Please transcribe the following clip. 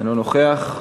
אינו נוכח,